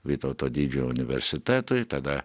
vytauto didžiojo universitetui tada